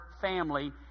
family